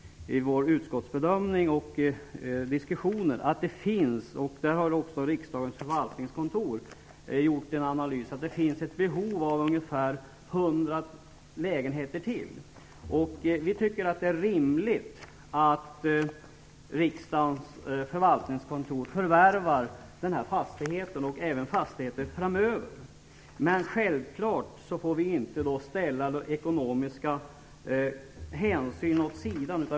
I utskottets bedömning och diskussion pekar man också på att det finns ett behov - Riksdagens förvaltningskontor har också gjort den analysen - av ungefär ytterligare 100 lägenheter. Vi tycker att det är rimligt att Riksdagens förvaltningskontor förvärvar den här fastigheten och även andra fastigheter framöver. Men vi får självfallet inte ställa ekonomiska hänsyn åt sidan.